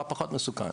מה פחות מסוכן.